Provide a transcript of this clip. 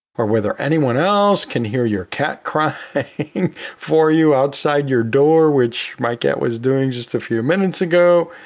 or whether anyone else can hear your cat crying for you outside your door, which my cat was doing just a few minutes ago.